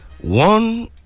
One